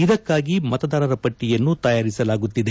ಇದಕ್ಷಾಗಿ ಮತದಾರರ ಪಟ್ಟಯನ್ನು ತಯಾರಿಸಲಾಗುತ್ತಿದೆ